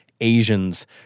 Asians